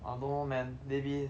!wah! don't know man maybe